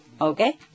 Okay